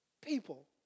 people